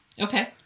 Okay